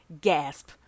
gasp